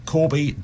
Corby